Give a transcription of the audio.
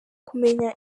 kumenya